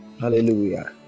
Hallelujah